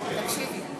חברים.